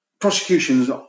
Prosecutions